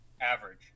average